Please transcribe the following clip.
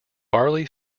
barley